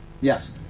Yes